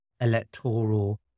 electoral